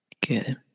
Good